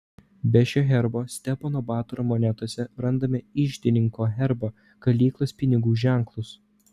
be šio herbo stepono batoro monetose randame iždininko herbą kalyklos pinigų ženklus